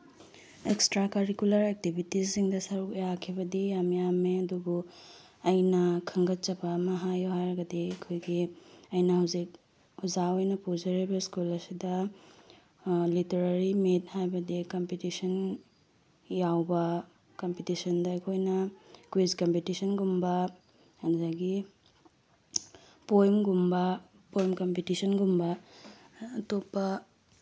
extra curricular ꯑꯦꯛꯇꯤꯚꯤꯇꯤꯖꯁꯤꯡꯗ ꯁꯔꯨꯛ ꯌꯥꯈꯤꯕꯗꯤ ꯌꯥꯝ ꯌꯥꯝꯃꯦ ꯑꯗꯨꯕꯨ ꯑꯩꯅ ꯈꯪꯒꯠꯆꯕ ꯑꯃ ꯍꯥꯏꯌꯨ ꯍꯥꯏꯔꯒꯗꯤ ꯑꯩꯈꯣꯏꯒꯤ ꯑꯩꯅ ꯍꯧꯖꯤꯛ ꯑꯣꯖꯥ ꯑꯣꯏꯅ ꯄꯨꯖꯔꯤꯕ ꯁ꯭ꯀꯨꯜ ꯑꯁꯤꯗ ꯂꯤꯇꯔꯦꯔꯤ ꯃꯤꯠ ꯍꯥꯏꯕꯗꯤ ꯀꯝꯄꯤꯇꯤꯁꯟ ꯌꯥꯎꯕ ꯀꯝꯄꯤꯇꯤꯁꯟꯗ ꯑꯩꯈꯣꯏꯅ ꯀꯨꯏꯖ ꯇꯝꯄꯤꯇꯤꯟꯒꯨꯝꯕ ꯑꯗꯨꯗꯒꯤ ꯄꯣꯏꯝꯒꯨꯝꯕ ꯄꯣꯏꯝ ꯀꯝꯄꯤꯇꯤꯁꯟꯒꯨꯝꯕ ꯑꯇꯣꯞꯄ